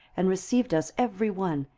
and received us every one,